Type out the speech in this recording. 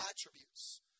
attributes